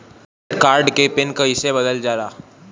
Debit card के PIN कईसे बदलल जाला?